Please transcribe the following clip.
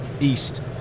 east